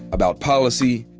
about policy,